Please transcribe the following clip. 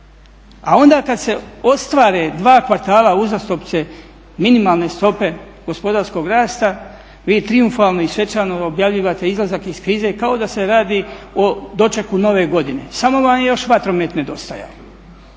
A onda kada se ostvare 2 kvartala uzastopce minimalne stope gospodarskog rasta, vi trijumfalno i svečano objavljujete izlazak iz krize kao da se radi o dočeku nove godine, samo vam je još vatromet nedostajao.